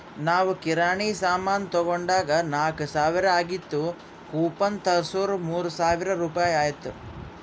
ನಾವ್ ಕಿರಾಣಿ ಸಾಮಾನ್ ತೊಂಡಾಗ್ ನಾಕ್ ಸಾವಿರ ಆಗಿತ್ತು ಕೂಪನ್ ತೋರ್ಸುರ್ ಮೂರ್ ಸಾವಿರ ರುಪಾಯಿ ಆಯ್ತು